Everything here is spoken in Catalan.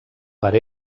per